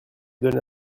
donné